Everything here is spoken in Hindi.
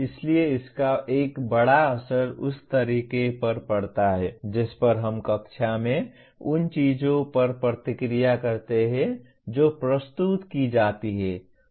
इसलिए इसका एक बड़ा असर उस तरीके पर पड़ता है जिस पर हम कक्षा में उन चीजों पर प्रतिक्रिया करते हैं जो प्रस्तुत की जाती हैं